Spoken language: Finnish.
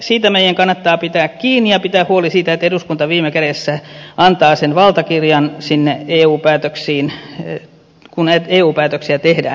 siitä meidän kannattaa pitää kiinni ja pitää huoli siitä että eduskunta viime kädessä antaa sen valtakirjan sinne kun näitä eu päätöksiä tehdään